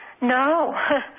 No